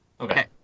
Okay